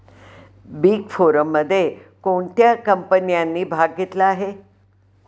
Big फोरमध्ये कोणत्या कंपन्यांनी भाग घेतला आहे?